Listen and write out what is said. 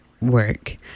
work